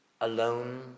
alone